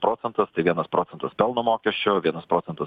procentas tai vienas procentas pelno mokesčio vienas procentas